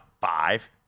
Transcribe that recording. five